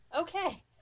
Okay